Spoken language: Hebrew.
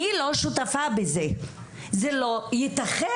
זה לא יתכן.